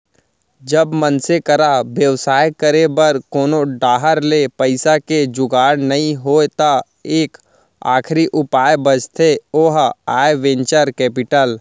जब मनसे करा बेवसाय करे बर कोनो डाहर ले पइसा के जुगाड़ नइ होय त एक आखरी उपाय बचथे ओहा आय वेंचर कैपिटल